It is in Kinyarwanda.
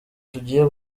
tugiye